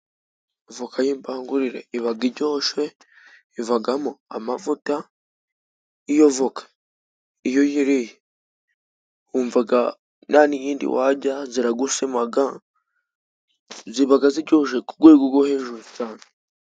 Voka y'imbangurire ibaga iryoshe ivagamo amavuta. Iyovoka iyo uyiriye wumvaga nta niyindi warya, ziragusemaga zibaga ziryoshye ku rwego rwo hejuru cane.